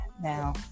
Now